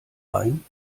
rein